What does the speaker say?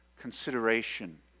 consideration